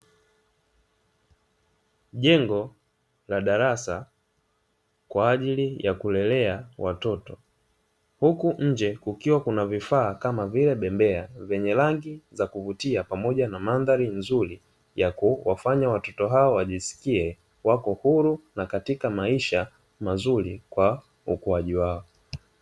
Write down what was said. Jengo la darasa kwa ajili ya kulelea watoto huku nje kukiwa kuna vifaa kama vile bembea vyenye rangi ya kuvutia, pamoja na mandhari nzuri ya kuwafanya watoto hao wajiskie wako huru, na katika maisha ya ukuaji wao.